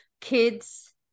kids